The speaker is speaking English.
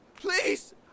Please